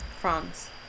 France